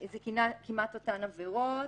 זה כמעט אותן עבירות.